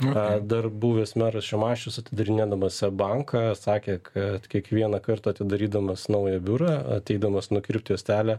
a dar buvęs meras šimašius atidarinėdamas seb banką sakė kad kiekvieną kartą atidarydamas naują biurą ateidamas nukirpt juostelę